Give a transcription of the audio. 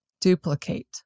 duplicate